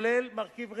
כולל מרכיב רווח,